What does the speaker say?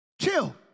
Chill